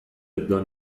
ابداع